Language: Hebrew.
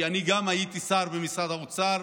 כי אני הייתי שר במשרד האוצר,